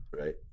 Right